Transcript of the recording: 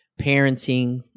parenting